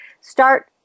start